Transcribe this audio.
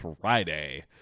Friday